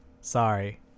Sorry